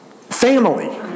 family